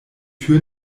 tür